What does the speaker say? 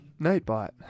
Nightbot